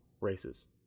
races